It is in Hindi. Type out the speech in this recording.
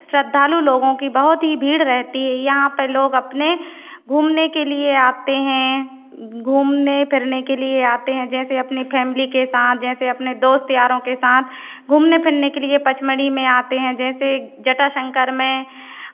श्रद्धालु लोगों की बहुत ही भीड़ रहती है यहाँ पर लोग अपने घूमने के लिए आते हैं घूमने फिरने के लिए आते हैं जैसे अपनी फैमली के साथ जैसे अपने दोस्त यारों के साथ घूमने फिरने के लिए पचमढ़ी में आते हैं जैसे जटाशंकर में